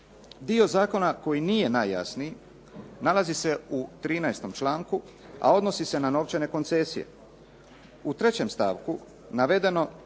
Dio zakona koji nije najjasniji nalazi se u 13. članku, a odnosi se na novčane koncesije. U trećem stavku navedeno